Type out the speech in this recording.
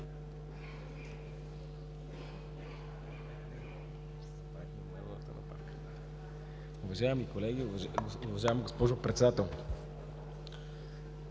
Уважаеми колеги, уважаема госпожо Председател!